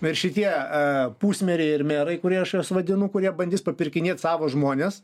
ir šitie pusmeriai ir merai kurie aš juos vadinu kurie bandys papirkinėt savo žmones